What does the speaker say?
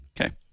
Okay